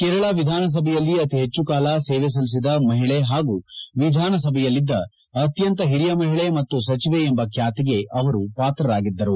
ಕೇರಳ ವಿಧಾನಸಭೆಯಲ್ಲಿ ಅತಿ ಹೆಚ್ಚು ಕಾಲ ಸೇವೆ ಸಲ್ಲಿಸಿದ ಮಹಿಳೆ ಹಾಗೂ ವಿಧಾನಸಭೆಯಲ್ಲಿದ್ದ ಅತ್ತಂತ ಹಿರಿಯ ಮಹಿಳೆ ಹಾಗೂ ಸಚಿವೆ ಎಂಬ ಖ್ಯಾತಿಗೆ ಅವರು ಪಾತ್ರರಾಗಿದ್ದರು